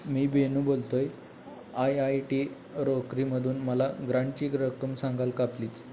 मी बेनू बोलतो आहे I I T रोकरीमधून मला ग्रांटची रक्कम सांगाल का प्लीच